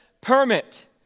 permit